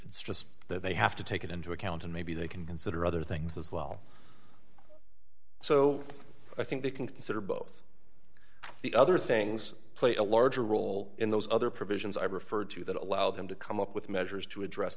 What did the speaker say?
it's just that they have to take it into account and maybe they can consider other things as well so i think they can consider both the other things play a larger role in those other provisions i referred to that allow them to come up with measures to address